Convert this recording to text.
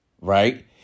right